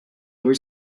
were